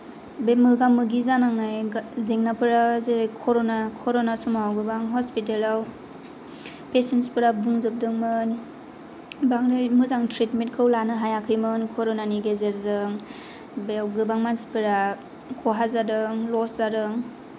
बे मोगा मोगि जानांनाय जेंनाफोरा जेरै करना बे करना समाव गोबां हसपितालाव पेसेन्सफोरा बुंजोबदोंमोन बांद्राय मोजां ट्रिटमेन्टखौ लानो हायाखैमोन करनानि गेजेरजों बेयाव गोबां मानसिफोरा खहा जादों लस जादों